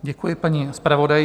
Děkuji paní zpravodajce.